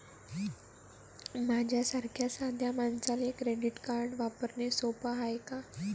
माह्या सारख्या साध्या मानसाले क्रेडिट कार्ड वापरने सोपं हाय का?